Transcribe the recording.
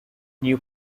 new